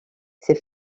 ses